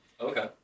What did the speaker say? Okay